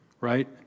right